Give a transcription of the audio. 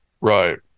Right